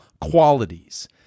qualities